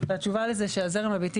והתשובה לזה שהזרם הביתי,